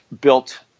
built